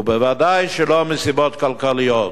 וודאי שלא מסיבות כלכליות.